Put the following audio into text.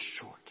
short